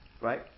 right